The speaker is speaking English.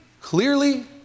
clearly